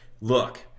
look